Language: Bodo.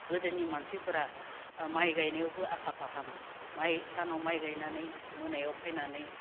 गोदोनि मानसिफोरा माइ गायनायावबो आखा फाखामोन सानाव माइ गायनानै मोनायाव फैनानै